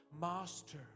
master